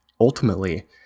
ultimately